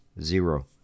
zero